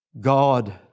God